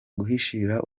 guhishira